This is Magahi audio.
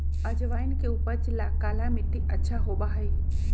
अजवाइन के उपज ला काला मट्टी अच्छा होबा हई